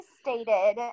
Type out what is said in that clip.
stated